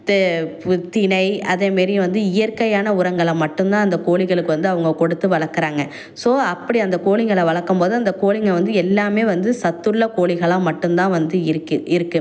தெ பு தினை அதே மாரி வந்து இயற்கையான உரங்களை மட்டும் தான் அந்த கோழிகளுக்கு வந்து அவங்க கொடுத்து வளர்க்கறாங்க ஸோ அப்படி அந்த கோழிங்களை வளர்க்கம் போது அந்த கோழிங்கள் வந்து எல்லாமே வந்து சத்துள்ள கோழிகளாக மட்டும் தான் வந்து இருக்கு இருக்குது